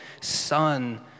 Son